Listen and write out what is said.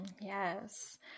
Yes